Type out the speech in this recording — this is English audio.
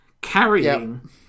Carrying